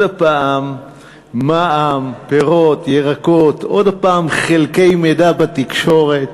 שוב מע"מ, פירות, ירקות, שוב חלקי מידע בתקשורת.